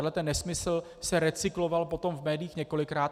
Tenhle nesmysl se recykloval potom v médiích několikrát.